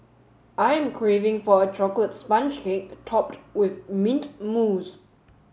I am craving for a chocolate sponge cake topped with mint mousse